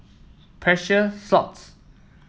Precious Thots